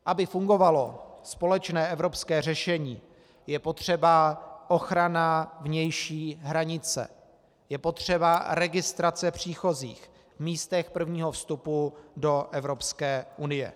Aby fungovalo společné evropské řešení, je potřeba ochrana vnější hranice, je potřeba registrace příchozích v místech prvního vstupu do Evropské unie.